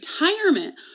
retirement